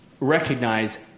recognize